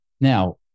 Now